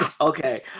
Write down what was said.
okay